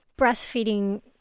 breastfeeding